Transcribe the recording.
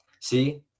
see